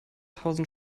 tausend